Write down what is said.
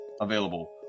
available